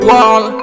Wall